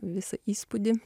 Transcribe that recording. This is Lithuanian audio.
visą įspūdį